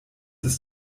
ist